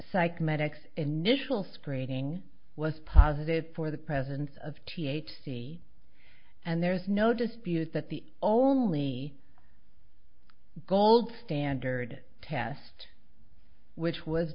psych medics initial screening was positive for the presence of t h c and there's no dispute that the only gold standard test which was